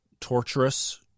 torturous